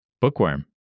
Bookworm